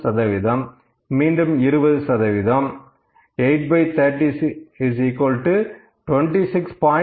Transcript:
7 சதவீதம் மீண்டும் 20 சதவீதம் 830 26